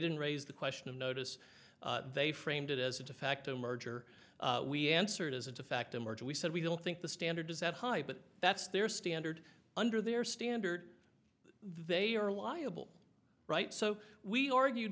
didn't raise the question of notice they framed it as a de facto merger we answered as a fact a merger we said we don't think the standard is that high but that's their standard under their standard they are liable right so we argue